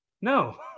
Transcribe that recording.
No